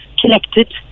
connected